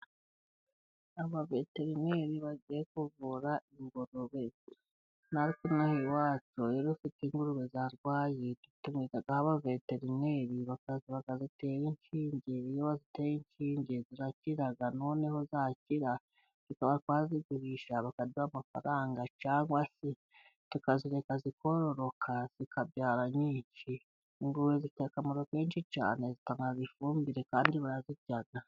Abaveterineri bagiye kuvura ingurube, natwe ino aha iwacu iyo dufite ingurube zarwaye, dutumizaho abaveterineri bakaza bakazitera inshinge, iyo baziteye inshinge zirakira noneho zakira tukaba twazigurisha bakaduha amafaranga, cyangwa se tukazireka zikororoka zikabyara nyinshi, ingurube zifite akamaro kenshi cyane zitanga ifumbire kandi barazirya.